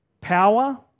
power